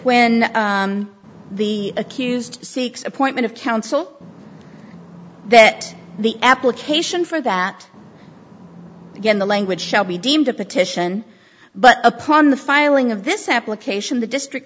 when the accused seeks appointment of counsel that the application for that again the language shall be deemed a petition but upon the filing of this application the district